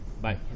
Bye